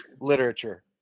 literature